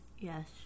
Yes